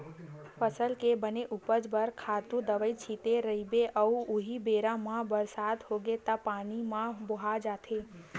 फसल के बने उपज बर खातू दवई छिते रहिबे अउ उहीं बेरा म बरसा होगे त पानी म बोहा जाथे